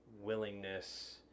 willingness